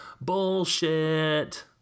Bullshit